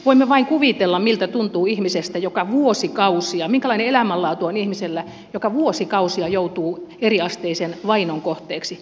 voimme vain kuvitella miltä tuntuu ihmisestä minkälainen elämänlaatu on ihmisellä joka vuosikausia joutuu eriasteisen vainon kohteeksi